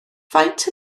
faint